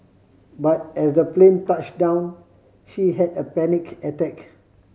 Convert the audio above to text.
but as the plane touched down she had a panic attack